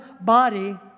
body